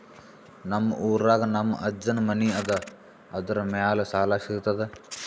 ನಮ್ ಊರಾಗ ನಮ್ ಅಜ್ಜನ್ ಮನಿ ಅದ, ಅದರ ಮ್ಯಾಲ ಸಾಲಾ ಸಿಗ್ತದ?